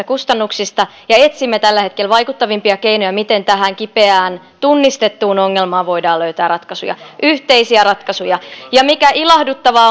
kustannuksista ja etsimme tällä hetkellä vaikuttavimpia keinoja miten tähän kipeään tunnistettuun ongelmaan voidaan löytää ratkaisuja yhteisiä ratkaisuja ja mikä ilahduttavaa